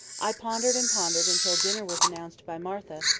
i pondered and pondered until dinner was announced by martha,